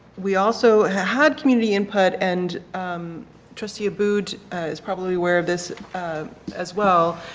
we also had community input and trustee abboud is probably aware of this as well.